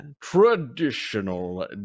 Traditional